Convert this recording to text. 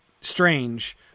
strange